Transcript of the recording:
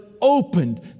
opened